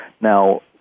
Now